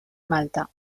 malta